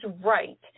right